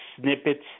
snippets